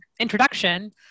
introduction